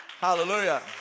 Hallelujah